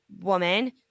woman